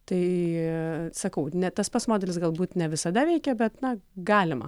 tai sakau ne tas pats modelis galbūt ne visada veikia bet na galima